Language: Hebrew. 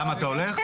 למה אתה הולך?